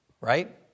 Right